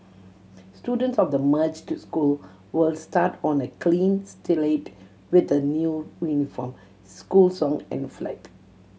students of the merged school will start on a clean slate with a new uniform school song and flag